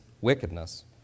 wickedness